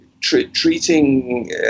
treating